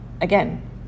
Again